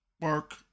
work